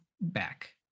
back